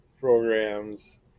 programs